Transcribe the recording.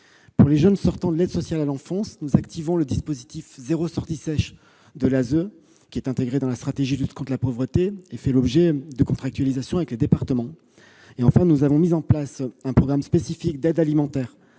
Pour les jeunes issus de l'aide sociale à l'enfance (ASE), nous activons le dispositif « zéro sortie sèche de l'ASE », qui est intégré dans la stratégie de lutte contre la pauvreté et fait l'objet de contractualisations avec les départements. Nous avons également mis en place un programme spécifique d'aide alimentaire,